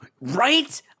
right